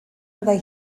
meddai